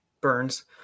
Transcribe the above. Burns